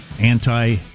anti-